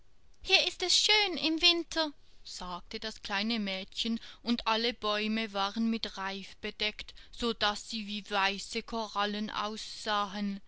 hier ist es schön im winter sagte das kleine mädchen und alle bäume waren mit reif bedeckt sodaß sie wie weiße korallen aussahen